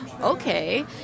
Okay